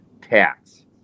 tax